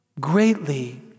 greatly